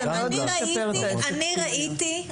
אני ראיתי,